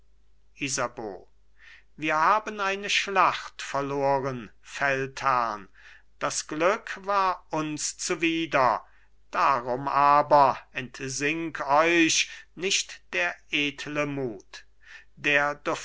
wir haben eine schlacht verloren feldherrn das glück war uns zuwider darum aber entsink euch nicht der edle mut der